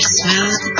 smooth